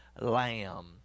lamb